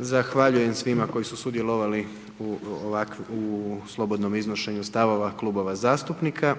Zahvaljujem svima koji su sudjelovali u slobodnom iznošenju stavova klubova zastupnika